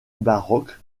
baroque